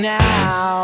now